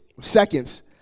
seconds